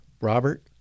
Robert